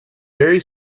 very